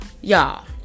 Y'all